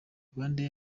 rwandair